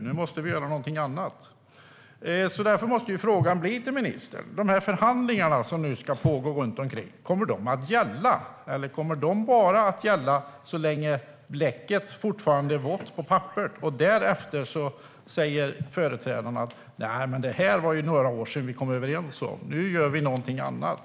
Nu måste vi göra någonting annat. Därför måste min fråga till ministern bli: Kommer förhandlingarna som nu ska pågå runt omkring att gälla, eller kommer de bara att gälla så länge bläcket fortfarande är vått på papperet? Kommer företrädarna därefter att säga: Nej, det här var det ju några år sedan vi kom överens om; nu gör vi någonting annat?